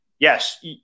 Yes